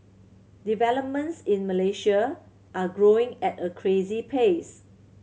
developments in Malaysia are growing at a crazy pace